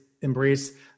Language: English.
embrace